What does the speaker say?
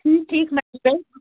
ٹھیٖک ٹھیٖک